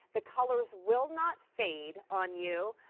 the colors will not stain on you,